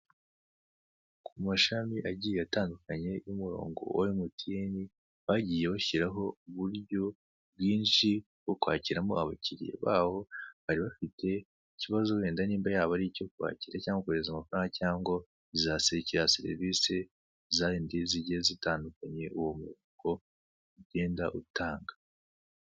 Ku mashami agiye atandukane y'umurongo wa emutiyene bagiye bashyiraho uburyo bwinshi bwo kwakiramo abakiriya babo, baba bafite ikibazo wenda nimba yaba ari icyo kwakira cyangwa kohereza amafaranga za zakira serivise zindi zigiye zitandukanye uwo murongo ugenda utanga.